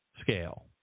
scale